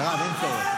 מירב, אין צורך.